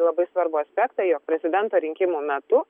labai svarbų aspektą jog prezidento rinkimų metu